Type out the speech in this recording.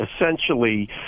Essentially